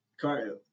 car